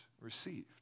received